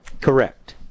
Correct